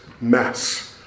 mess